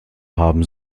haben